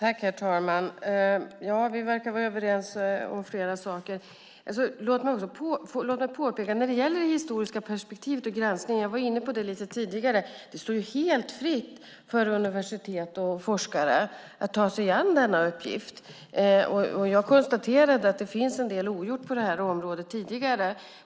Herr talman! Vi verkar vara överens om flera saker. Låt mig påpeka en sak när det gäller det historiska perspektivet och gränserna. Jag var också inne på det lite tidigare: Det står helt fritt för universitet och forskare att ta sig an denna uppgift. Jag har konstaterat att det finns en del ogjort på området.